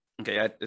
Okay